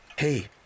Hey